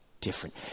different